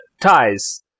Ties